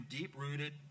deep-rooted